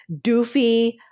doofy